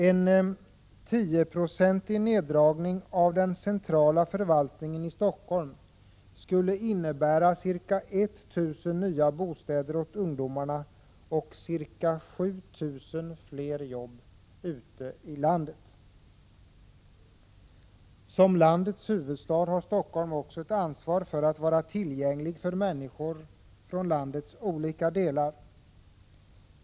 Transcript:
En tioprocentig neddragning av den centrala förvaltningen i Stockholm skulle innebära ca 1 000 nya bostäder åt ungdomarna och ca 7 000 fler jobb ute i landet. Som landets huvudstad har Stockholm också ett ansvar för att vara tillgänglig för människor från landets olika delar.